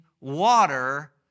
water